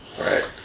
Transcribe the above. Right